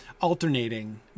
alternating